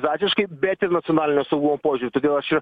dvasiškai bet nacionalinio saugumo požiūriu todėl aš